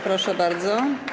Proszę bardzo.